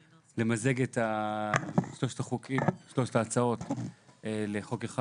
בעד מיזוג שלושת החוקים לחוק אחד.